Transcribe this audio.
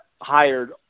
hired